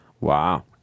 Wow